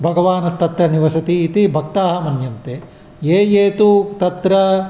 भगवान् तत्र निवसति इति भक्ताः मन्यन्ते ये ये तु तत्र